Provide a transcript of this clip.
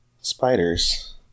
Spiders